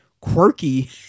quirky